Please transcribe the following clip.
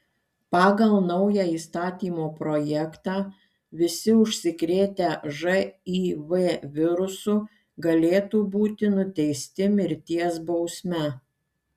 pagal naują įstatymo projektą visi užsikrėtę živ virusu galėtų būti nuteisti mirties bausme